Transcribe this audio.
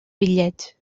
bitllets